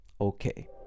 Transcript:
Okay